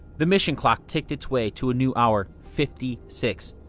the mission clock ticked its way to a new hour, fifty six